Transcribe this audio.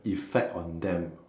effect on them